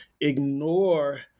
ignore